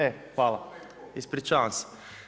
E hvala, ispričavam se.